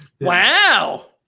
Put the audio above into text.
Wow